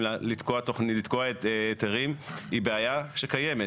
לתקוע תוכנית לתקוע היתרים היא בעיה שקיימת,